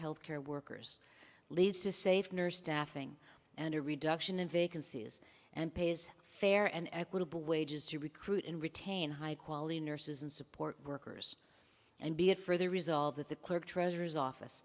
health care workers leads to safe nurse staffing and a reduction in vacancies and pay is fair and equitable wages to recruit and retain high quality nurses and support workers and be a further resolve that the